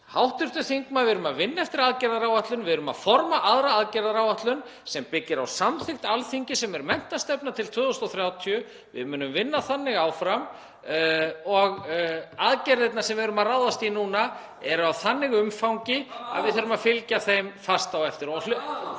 Hv. þingmaður, við erum að vinna eftir aðgerðaáætlun. Við erum að forma aðra aðgerðaáætlun sem byggir á samþykkt Alþingis, menntastefnu til 2030. Þannig munum við vinna áfram og aðgerðirnar sem við erum að ráðast í núna eru þannig að umfangi að við þurfum að fylgja þeim fast eftir.